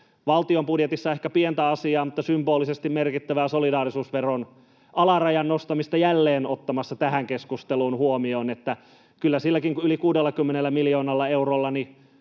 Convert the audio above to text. valtion budjetissa ehkä pientä asiaa mutta symbolisesti merkittävää — solidaarisuusveron alarajan nostamista olla ottamatta huomioon. Kyllä sillä yli 60 miljoonalla eurolla